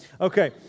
Okay